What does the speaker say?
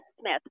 Smith